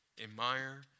Admire